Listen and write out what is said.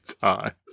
times